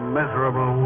miserable